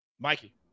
Mikey